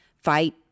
fight